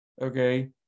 okay